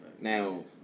now